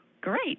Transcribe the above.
Great